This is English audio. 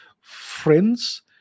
friends